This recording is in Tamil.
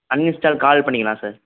அன்லிமிடெட் கால் பண்ணிக்கலாம் சார்